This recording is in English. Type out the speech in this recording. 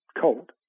Cold